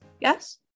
yes